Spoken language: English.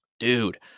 dude